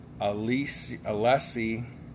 Alessi